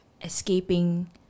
escaping